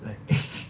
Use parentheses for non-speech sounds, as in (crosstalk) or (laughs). like (laughs)